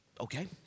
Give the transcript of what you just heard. okay